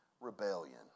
rebellion